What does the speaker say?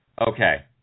Okay